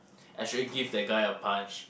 actually give that guy a punch